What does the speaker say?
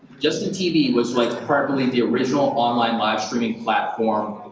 justin tv was like probably the original online, live-streaming platform,